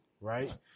right